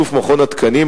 בשיתוף מכון התקנים,